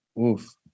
oof